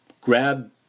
grab